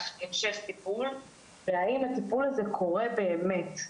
המשך טיפול והאם הטיפול הזה קורה באמת?